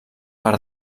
per